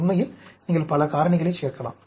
உண்மையில் நீங்கள் பல காரணிகளைச் சேர்க்கலாம்